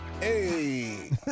Hey